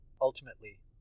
ultimately